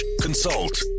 consult